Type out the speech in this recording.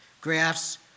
graphs